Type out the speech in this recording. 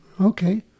Okay